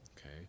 okay